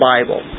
Bible